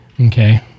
Okay